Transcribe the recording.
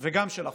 וגם של החובות.